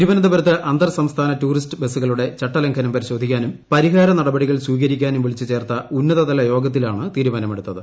തിരുവനന്തപുരത്ത് അന്തർ സംസ്ഥാന ടൂറിസ്റ്റ് ബസുകളുടെ ചട്ടലംഘനം പരിശോധിക്കാനും പരിഹാര നടപടികൾ സ്വീകരിക്കാനും വിളിച്ചുചേർത്ത ഉന്നതതല യോഗത്തിലാണ് തീരുമാനം എടുത്തത്